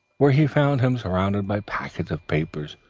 where he found him surrounded by packets of papers,